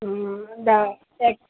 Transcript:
దా టె